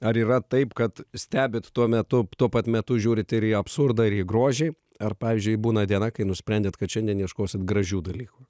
ar yra taip kad stebit tuo metu tuo pat metu žiūrit ir į absurdą ir į grožį ar pavyzdžiui būna diena kai nusprendėt kad šiandien ieškosit gražių dalykų